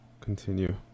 continue